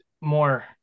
more